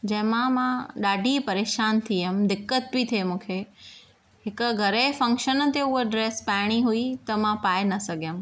जंहिंंमां मां ॾाढी परेशान थी वियमि दिकत पई थिए मूंखे हिक घर जे फंक्शन ते उहा ड्रैस पाइणी हुई त मां पाए न सघियमि